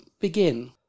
begin